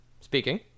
Speaking